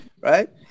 right